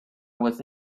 was